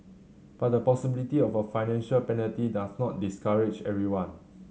but the possibility of a financial penalty does not discourage everyone